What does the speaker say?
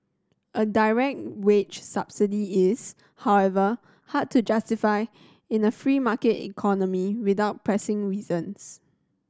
a direct wage subsidy is however hard to justify in a free market economy without pressing reasons